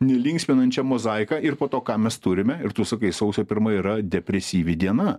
ne linksminančią mozaiką ir po to ką mes turime ir tu sakai sausio pirmoji yra depresyvi diena